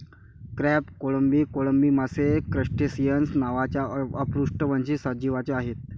crab, कोळंबी, कोळंबी मासे क्रस्टेसिअन्स नावाच्या अपृष्ठवंशी सजीवांचे आहेत